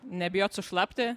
nebijot sušlapti